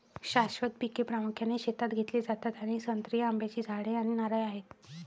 शाश्वत पिके प्रामुख्याने शेतात घेतली जातात आणि संत्री, आंब्याची झाडे आणि नारळ आहेत